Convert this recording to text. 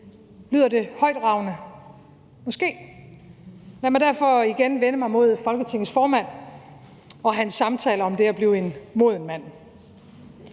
Lyder det højtragende? Måske. Lad mig derfor igen vende mig mod Folketingets formand og hans samtale om det at blive en moden mand,